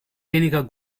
weniger